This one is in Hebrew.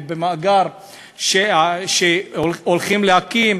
עם המאגר שהולכים להקים,